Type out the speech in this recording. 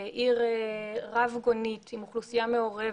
עיר רב גונית עם אוכלוסייה מעורבת,